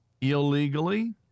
illegally